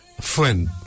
friend